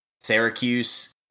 Syracuse